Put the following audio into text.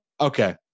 Okay